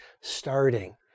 starting